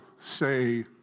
say